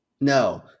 No